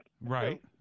Right